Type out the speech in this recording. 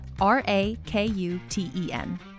R-A-K-U-T-E-N